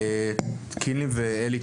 קינלי ואלי,